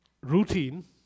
routine